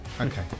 okay